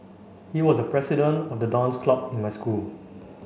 he was the president of the dance club in my school